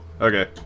Okay